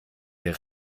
der